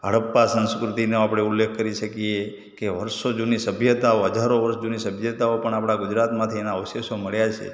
હડપ્પા સંસ્કૃતીનો આપણે ઉલ્લેખ કરી શકીએ કે વર્ષો જૂની સભ્યતાઓ હજારો વર્ષ જૂની સભ્યતાઓ પણ આપણા ગુજરાતમાંથી એના અવશેષો મળ્યા છે